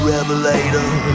Revelator